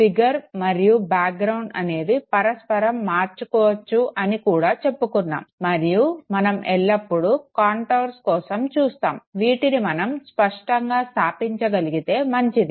figure మరియు background అనేవి పరస్పరం మార్చుకోవచ్చు అని కూడా చెప్పుకున్నాము మరియు మనం ఎల్లప్పుడు కాంటోర్స్ కోసం చూస్తాము వీటిని మనం స్పష్టంగా స్థాపించగలిగితే మంచిది